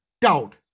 doubt